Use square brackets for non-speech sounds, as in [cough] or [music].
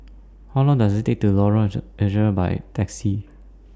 How Long Does IT Take to Lorong [unintelligible] By Taxi